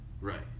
Right